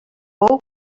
bou